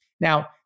Now